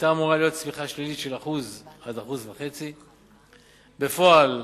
היתה אמורה להיות צמיחה שלילית של 1% 1.5%. בפועל,